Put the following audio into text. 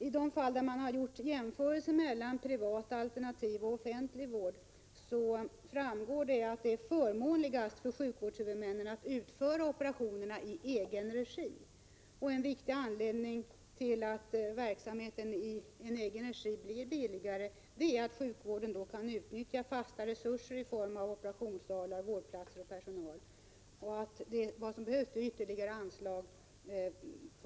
I de fall där man har gjort jämförelser mellan privata alternativ och offentlig vård, framgår det att det är förmånligast för sjukvårdshuvudmännen att utföra operationerna i egen regi. En viktig anledning till att verksamheten i egen regi blir billigare är att sjukvården under sådana förhållanden kan utnyttja fasta resurser i form av operationssalar, vårdplat ser och personal. Vad som då behövs är ytterligare anslag för att täcka = Prot.